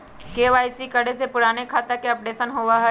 KYC करें से पुराने खाता के अपडेशन होवेई?